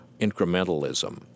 incrementalism